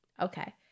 okay